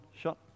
shot